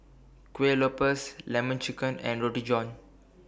Kueh Lopes Lemon Chicken and Roti John